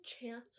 chance